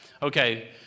Okay